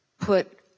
put